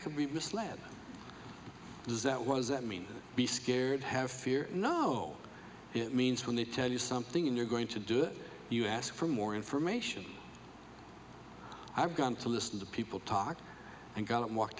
could be misled does that was that mean be scared have fear no it means when they tell you something and you're going to do it you ask for more information i've gone to listen to people talk and got